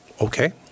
Okay